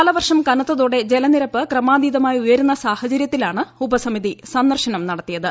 കാലവർഷം കനത്തോടെ ജലനിരപ്പ് ക്രമാതീതമായി ഉയരുന്ന സാഹചര്യത്തിലാണ് ഉപസമിതി സന്ദർശനം നടത്തിയത്